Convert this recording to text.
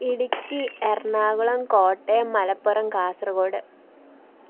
Idukki Ernakulam Kottayam Malappuram Kasaragod